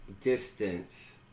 distance